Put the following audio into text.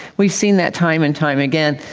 we've seen that time and time again.